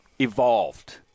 evolved